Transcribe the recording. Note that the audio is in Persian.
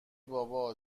بابا